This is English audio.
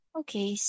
okay